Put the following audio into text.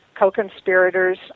Co-conspirators